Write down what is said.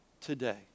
today